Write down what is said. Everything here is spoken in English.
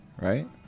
right